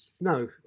no